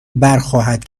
برخواهد